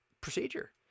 procedure